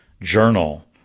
Journal